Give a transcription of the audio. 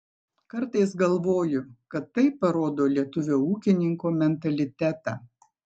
kartais galvoju kad tai parodo lietuvio ūkininko mentalitetą